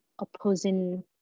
Opposing